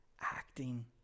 acting